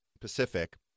Pacific